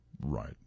Right